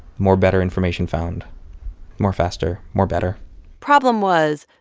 more better information found more faster, more better problem was,